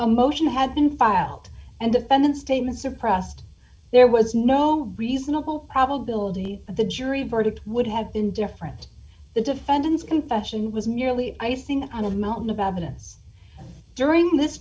a motion had been filed and defendant's statements suppressed there was no reasonable probability that the jury verdict would have been different the defendant's confession was merely icing on a mountain of evidence during this